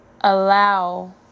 allow